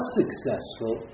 successful